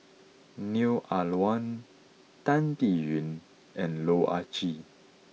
Neo Ah Luan Tan Biyun and Loh Ah Chee